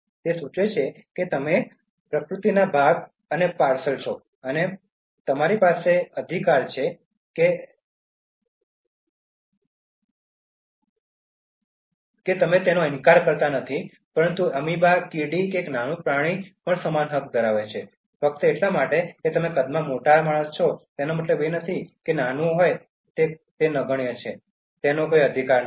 તે સૂચવે છે કે તમે પ્રકૃતિના ભાગ છો અને તમારી પાસે અધિકાર છે કોઈ પણ તેનો ઇનકાર કરતો નથી પરંતુ તે જ રીતે એમોબા કીડી એક નાનું પ્રાણી પણ સમાન હક ધરાવે છે ફક્ત એટલા માટે કે તમે કદમાં મોટા માણસ છો મતલબ એવું નથી કે જે કંઇક નાનું નાનું અને કદમાં નગણ્ય છે તેનો કોઈ અધિકાર નથી